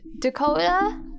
Dakota